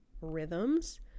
rhythms